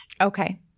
Okay